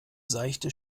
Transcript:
seichte